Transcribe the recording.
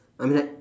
I mean like